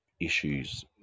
issues